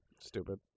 stupid